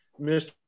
Mr